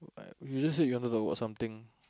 uh you just said you wanted to work something